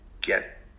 get